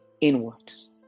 inwards